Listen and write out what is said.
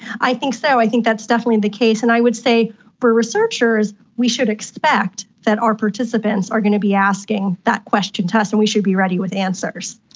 i think so, i think that's definitely the case, and i would say for researchers we should expect that our participants are going to be asking that question to us and we should be ready with answers.